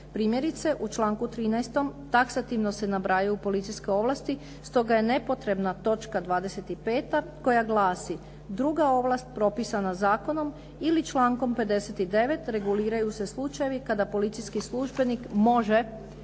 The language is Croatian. Primjerice u članku 13. taksativno se nabrajaju policijske ovlasti. Stoga je nepotrebna točka 25. koja glasi "druga ovlast propisana zakonom" ili člankom 59. "reguliraju se slučajevi kada policijski službenik može